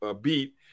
beat